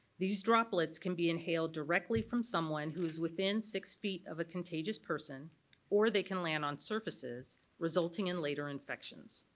these droplets can be inhaled directly from someone who's within six feet of a contagious person or they can land on surfaces resulting in later infections.